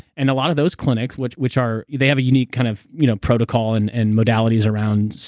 and a lot of those clinics, which which are. they have a unique kind of you know protocol and and modalities around